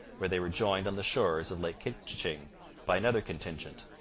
where they were joined on the shores of lake couchiching by another contingent.